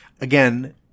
Again